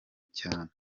cyane